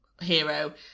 hero